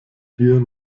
hier